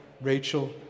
Rachel